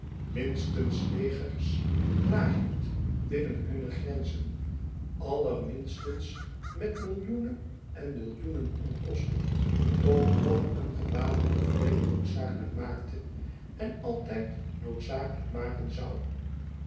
minstens legers klaar hield binnen hunne grenzen allerminstens met millioenen en millioenen onkosten toch nog een gewapenden vrede noodzakelijk maakte en altijd noodzakelijk maken zoû